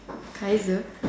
kaiser